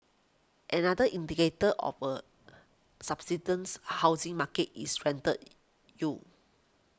another indicator of a substance housing market is rental you